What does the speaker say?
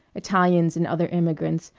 italians and other immigrants.